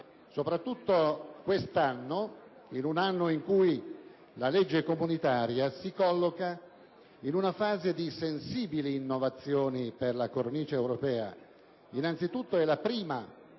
soprattutto quest'anno, in un anno in cui la legge comunitaria si colloca in una fase di sensibili innovazioni per la cornice europea. Innanzitutto, è la prima